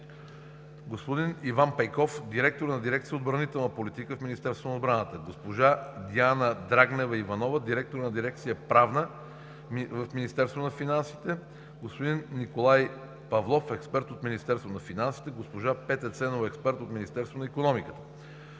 господин Иван Пейков – директор на дирекция „Отбранителна политика“ в Министерството на отбраната, госпожа Диана Драгнева Иванова – директор на дирекция „Правна“ в Министерството на финансите, господин Николай Павлов – експерт от Министерството на финансите, госпожа Петя Ценова – експерт от Министерството на икономиката.